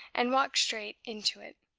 and walked straight into it,